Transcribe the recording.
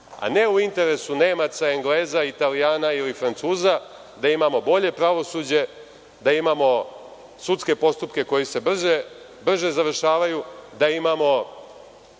a ne u interesu Nemaca, Engleza, Italijana ili Francuza da imamo bolje pravosuđe, da imamo sudske postupke koji se brže završavaju, da imamo